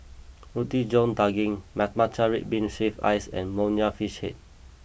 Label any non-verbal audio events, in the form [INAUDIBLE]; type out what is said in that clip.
Roti John Daging [HESITATION] Matcha Red Bean Shaved Ice and Nonya Fish Head